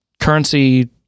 currency